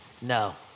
No